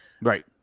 Right